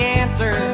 answer